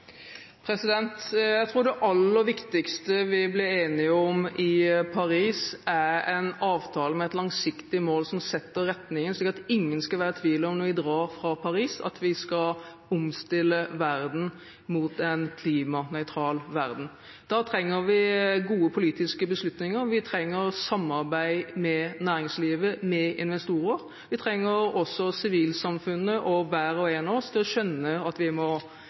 Jeg tror det aller viktigste vi vil bli enige om i Paris, er en avtale om et langsiktig mål som setter retningen, slik at ingen skal være i tvil om – når vi drar fra Paris – at vi skal omstille verden til en klimanøytral verden. Da trenger vi gode politiske beslutninger. Vi trenger samarbeid med næringslivet, med investorer. Vi trenger også å få sivilsamfunnet og hver og en av oss til å skjønne at vi må